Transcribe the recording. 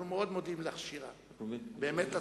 ואנחנו מאוד מודים לך, שירה.